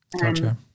Gotcha